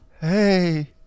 Hey